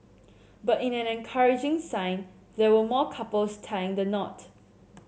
but in an encouraging sign there were more couples tying the knot